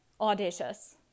audacious